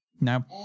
Now